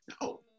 No